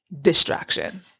distraction